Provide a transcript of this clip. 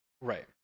Right